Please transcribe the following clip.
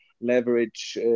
leverage